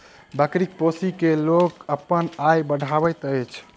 बकरी पोसि क लोक अपन आय बढ़बैत अछि